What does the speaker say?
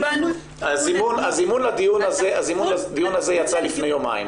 אבל אנחנו באנו --- הזימון לדיון הזה יצא לפני יומיים,